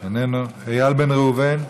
איננו, איל בן ראובן,